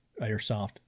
airsoft